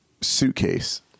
suitcase